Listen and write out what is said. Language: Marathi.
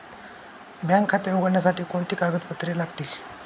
बँक खाते उघडण्यासाठी कोणती कागदपत्रे लागतील?